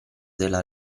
della